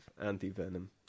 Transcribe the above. anti-venom